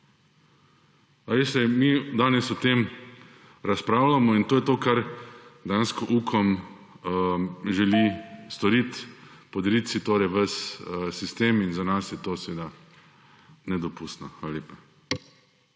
mi danes o tem razpravljamo in to je to, kar dejansko Ukom želi storiti, podrediti si torej ves sistem. In za nas je to seveda nedopustno. Hvala lepa.